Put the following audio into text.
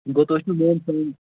گوٚو تۄہہِ چھو میٛون سا نگ